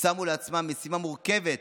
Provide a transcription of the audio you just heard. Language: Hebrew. ושמו לעצמם משימה מורכבת,